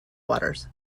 waters